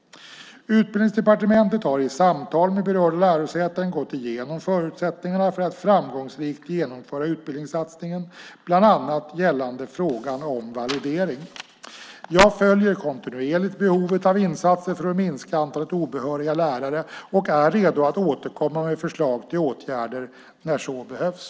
Utbildningsdepartementet har i samtal med berörda lärosäten gått igenom förutsättningarna för att framgångsrikt genomföra utbildningssatsningen, bland annat gällande frågan om validering. Jag följer kontinuerligt behovet av insatser för att minska antalet obehöriga lärare och är redo att återkomma med förslag till åtgärder när så behövs.